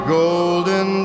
golden